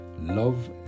love